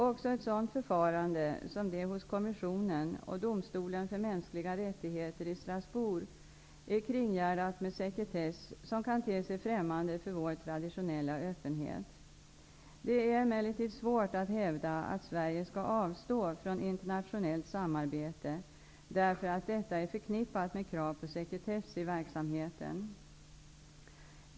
Också ett sådant förfarande som det hos kommissionen och domstolen för mänskliga rättigheter i Strasbourg är kringgärdat med sekretess som kan te sig främmande för vår traditionella öppenhet. Det är emellertid svårt att hävda att Sverige skall avstå från internationellt samarbete därför att detta är förknippat med krav på sekretess i verksamheten.